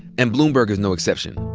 and bloomberg is no exception.